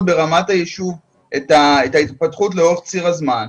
ברמת היישוב את ההתפתחות לאורך ציר הזמן.